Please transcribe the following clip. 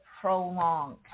prolonged